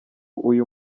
uyu